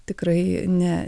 tikrai ne